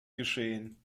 geschehen